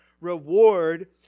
reward